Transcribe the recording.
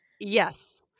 yes